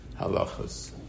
halachas